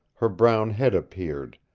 her brown head appeared,